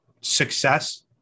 success